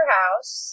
house